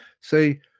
say